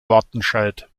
wattenscheid